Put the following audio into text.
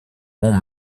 monts